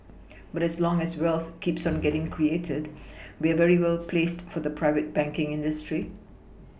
but as long as wealth keeps on getting created we are very well placed for the private banking industry